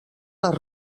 les